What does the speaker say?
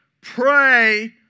Pray